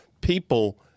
people